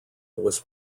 was